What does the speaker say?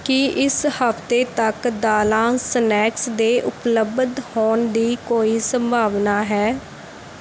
ਕੀ ਇਸ ਹਫ਼ਤੇ ਤੱਕ ਦਾਲਾਂ ਸਨੈਕਸ ਦੇ ਉਪਲਬਧ ਹੋਣ ਦੀ ਕੋਈ ਸੰਭਾਵਨਾ ਹੈ